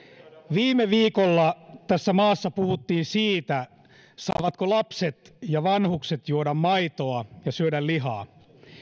viime viikolla tässä maassa puhuttiin siitä saavatko lapset ja vanhukset juoda maitoa ja syödä lihaa